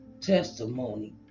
testimony